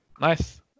Nice